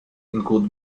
include